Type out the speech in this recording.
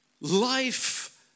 life